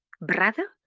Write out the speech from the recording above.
brother